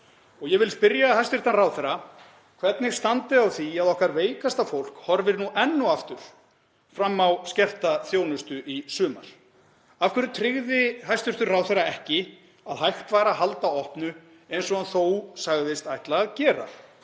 Ég vil spyrja hæstv. ráðherra hvernig standi á því að okkar veikasta fólk horfir nú enn og aftur fram á skerta þjónustu í sumar. Af hverju tryggði hæstv. ráðherra ekki að hægt væri að halda opnu eins og hann þó sagðist ætla að gera?